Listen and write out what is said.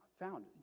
found